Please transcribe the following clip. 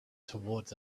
towards